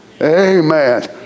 Amen